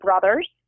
brothers